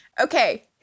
Okay